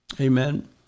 Amen